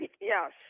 yes